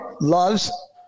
loves